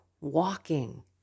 walking